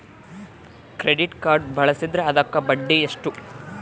Credit card ಬಳಸಿದ್ರೇ ಅದಕ್ಕ ಬಡ್ಡಿ ಎಷ್ಟು?